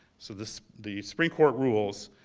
so the the supreme court rules,